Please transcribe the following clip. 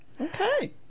Okay